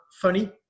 funny